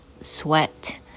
sweat